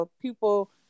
people